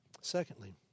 Secondly